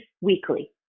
weekly